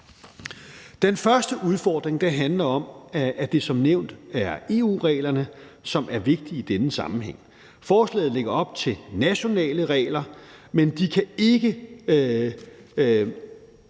Den første udfordring handler om, at det som nævnt er EU-reglerne, som er vigtige i denne sammenhæng. Forslaget lægger op til nationale regler, men de kan ikke